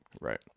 Right